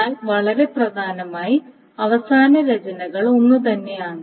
എന്നാൽ വളരെ പ്രധാനമായി അവസാന രചനകൾ ഒന്നുതന്നെയാണ്